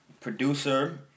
producer